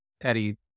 Eddie